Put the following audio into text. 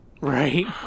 right